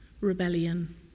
rebellion